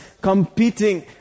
competing